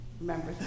Remember